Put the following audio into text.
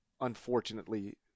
unfortunately